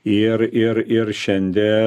ir ir ir šiandie